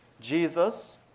Jesus